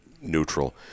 neutral